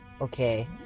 okay